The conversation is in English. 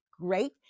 great